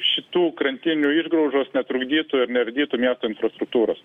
šitų krantinių išgraužos netrukdytų ir neardytų miesto infrastruktūros